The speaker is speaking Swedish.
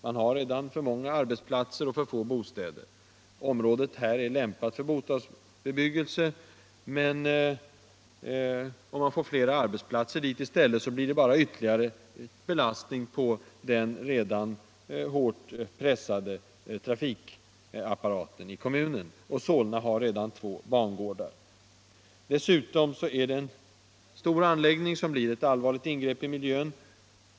Man har där redan för stor andel arbetsplatser och för få bostäder. Detta område är lämpat för bostadsbebyggelse, och om man får flera arbetsplatser där i stället, så blir det bara ytterligare belastning på den redan hårt pressade trafikapparaten 1§ i kommunen. Och Solna har redan två bangårdar. Dessutom gäller det här en stor anläggning, som blir ett allvarligt ingrepp i miljön.